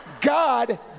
God